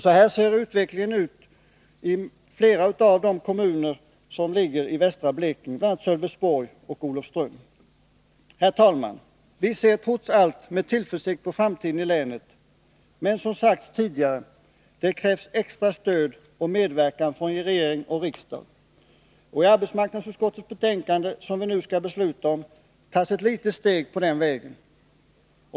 Så här ser utvecklingen ut i flera av de kommuner som ligger i västra Blekinge, bl.a. Sölvesborg och Olofström. Herr talman! Vi ser trots allt med tillförsikt på framtiden i länet — men som sagts tidigare krävs det extra stöd och medverkan från regering och riksdag. I arbetsmarknadsutskottets betänkande, som vi nu skall besluta om, tas ett litet steg på den vägen.